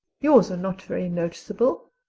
yours are not very noticeable,